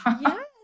Yes